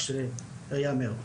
רק שיאמר.